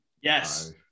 Yes